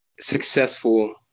successful